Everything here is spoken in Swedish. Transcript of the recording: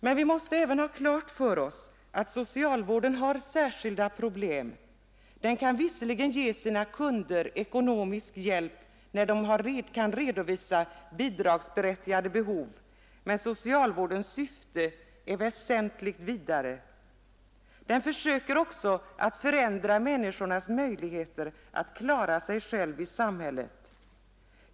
Men vi måste även ha klart för oss att socialvården har särskilda problem, Den kan visserligen ge sina kunder ekonomisk hjälp när de kan redovisa bidragsberättigade behov, men socialvårdens syfte är väsentligt vidare. Den försöker också förändra människornas möjligheter att klara sig själva i samhället.